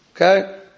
Okay